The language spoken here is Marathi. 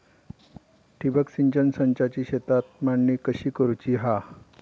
ठिबक सिंचन संचाची शेतात मांडणी कशी करुची हा?